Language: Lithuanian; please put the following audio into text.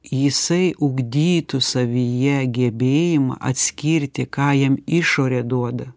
jisai ugdytų savyje gebėjimą atskirti ką jam išorė duoda